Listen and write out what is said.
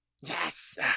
Yes